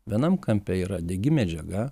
vienam kampe yra degi medžiaga